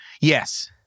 Yes